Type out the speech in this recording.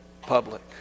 public